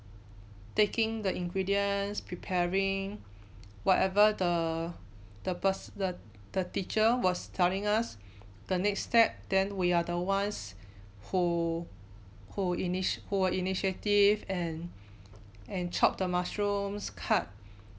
taking the ingredients preparing whatever the the ~pers the the teacher was telling us the next step then we are the ones who who initia~ who were initiative and and chopped the mushrooms cut